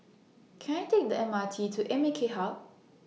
Can I Take The M R T to A M K Hub